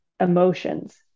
emotions